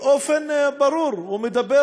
באופן ברור הוא מדבר